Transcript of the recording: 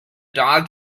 dog